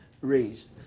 raised